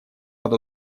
под